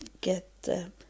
get